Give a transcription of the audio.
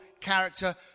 character